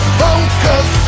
focus